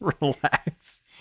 relax